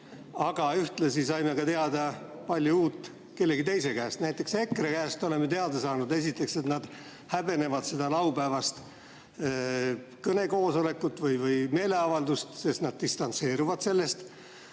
Aga ühtlasi saime teada palju uut kellegi teise käest. Näiteks EKRE käest oleme teada saanud esiteks, et nad häbenevad seda laupäevast kõnekoosolekut või meeleavaldust, sest nad distantseeruvad sellest.